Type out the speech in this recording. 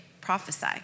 prophesy